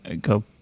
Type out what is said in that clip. go